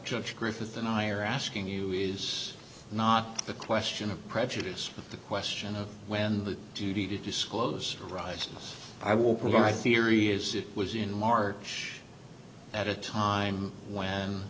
judge griffith and i are asking you is not a question of prejudice the question of when the duty to disclose arises i will provide theory is it was in march at a time when